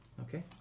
okay